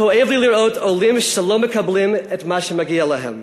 כואב לי לראות עולים שלא מקבלים את מה שמגיע להם.